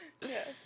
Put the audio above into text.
Yes